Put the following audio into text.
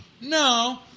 No